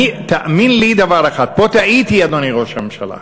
תאמין לי דבר אחד, פה טעיתי, אדוני ראש הממשלה.